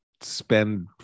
spend